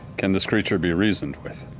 can this creature be reasoned with?